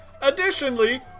Additionally